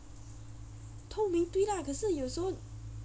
透明对啦可是有时候